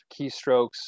keystrokes